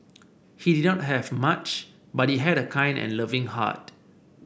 he did not have much but he had a kind and loving heart